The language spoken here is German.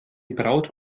braut